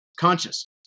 conscious